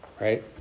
Right